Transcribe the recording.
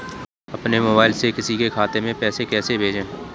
अपने मोबाइल से किसी के खाते में पैसे कैसे भेजें?